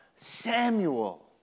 Samuel